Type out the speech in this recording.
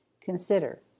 Consider